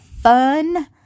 fun